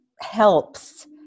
helps